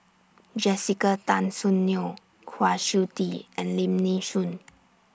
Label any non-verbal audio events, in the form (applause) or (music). Jessica Tan Soon Neo Kwa Siew Tee and Lim Nee Soon (noise)